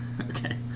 Okay